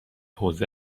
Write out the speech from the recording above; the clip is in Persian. حوزه